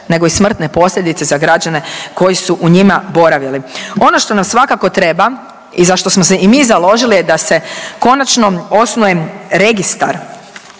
nego i smrtne posljedice za građane koji su u njima boravili. Ono što nam svakako treba i za što smo se i mi založili je da se konačno osnuje registar